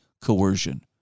coercion